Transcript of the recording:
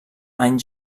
any